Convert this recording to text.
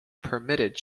permitted